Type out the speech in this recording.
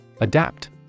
Adapt